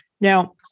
Now